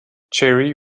cherry